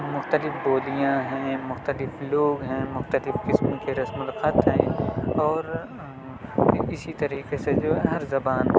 مختلف بولیاں ہیں مختلف لوگ ہیں مختلف قسم کے رسم الخط ہیں اور اسی طریقے سے جو ہر زبان